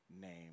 name